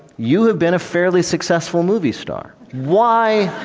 you have been a fairly successful movie star. why.